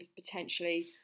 potentially